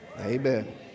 Amen